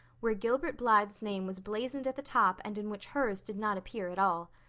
where gilbert blythe's name was blazoned at the top and in which hers did not appear at all.